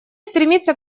стремится